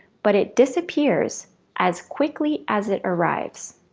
but it disappears as quickly as it arrives.